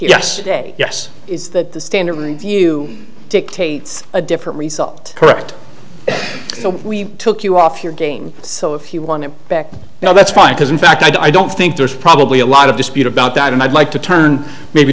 say yes is that the standard you dictates a different result correct we took you off your game so if you want it back now that's fine because in fact i don't think there's probably a lot of dispute about that and i'd like to turn maybe